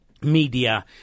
Media